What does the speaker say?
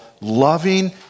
loving